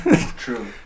True